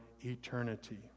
eternity